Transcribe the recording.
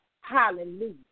Hallelujah